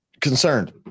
concerned